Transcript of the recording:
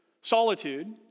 solitude